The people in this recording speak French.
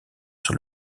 sur